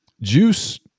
Juice